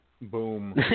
Boom